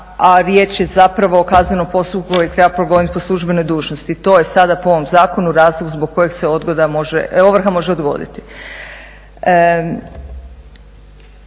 a riječ je zapravo o kaznenom postupku koji treba progoniti po službenoj dužnosti. To je sada po ovom zakonu razlog zbog kojeg se ovrha može odgoditi.